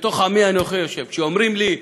בתוך עמי אנוכי יושב, כשאומרים לי,